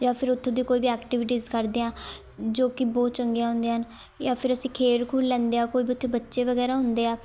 ਜਾਂ ਫਿਰ ਉੱਥੋਂ ਦੀ ਕੋਈ ਵੀ ਐਕਟੀਵਿਟੀਜ਼ ਕਰਦੇ ਹਾਂ ਜੋ ਕਿ ਬਹੁਤ ਚੰਗੀਆਂ ਹੁੰਦੀਆਂ ਹਨ ਜਾਂ ਫਿਰ ਅਸੀਂ ਖੇਲ ਖੁਲ ਲੈਂਦੇ ਹਾਂ ਕੋਈ ਉੱਥੇ ਬੱਚੇ ਵਗੈਰਾ ਹੁੰਦੇ ਆ